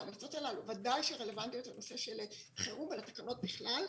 וההמלצות הללו ודאי שרלוונטיות לנושא של חירום ולתקנות בכלל.